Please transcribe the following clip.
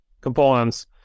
components